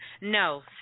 No